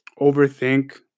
overthink